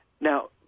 Now